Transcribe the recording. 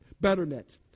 betterment